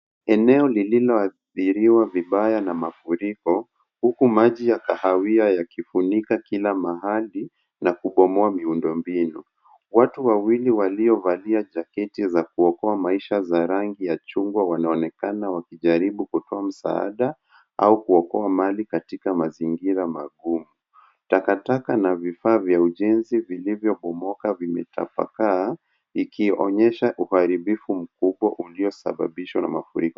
Eneo lililoadhiriwa vibaya na mafuriko, huku maji ya kahawia yakifunika kila mahali na kubomoa miundombinu. Watu wawili waliovalia jaketi za kuokoa maisha za rangi ya chungwa, wanaonekana wakijaribu kutoa msaada au kuokoa mali katika mazingira magumu. Takataka na vifaa vya ujenzi vilivyobomoka vimetapaka, ikionyesha uharibifu mkubwa uliosababishwa na mafuriko.